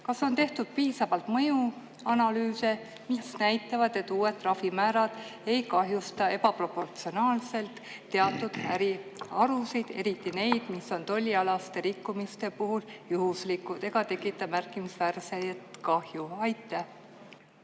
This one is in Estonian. Kas on tehtud piisavalt mõjuanalüüse, mis näitavad, et uued trahvimäärad ei kahjusta ebaproportsionaalselt teatud ärialuseid, eriti neid, mis on tollialaste rikkumiste puhul juhuslikud ega tekita märkimisväärset kahju? Aitäh!